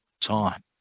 time